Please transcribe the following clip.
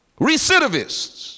recidivists